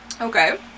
Okay